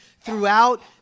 throughout